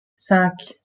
cinq